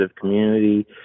community